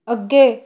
ਅੱਗੇ